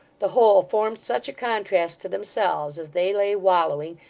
the whole formed such contrast to themselves, as they lay wallowing,